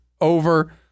over